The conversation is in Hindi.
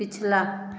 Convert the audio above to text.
पिछला